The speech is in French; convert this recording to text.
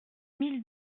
mille